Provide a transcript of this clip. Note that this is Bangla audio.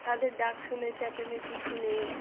তাদের ডাক শুনে চ্যাঁচামেচি শুনে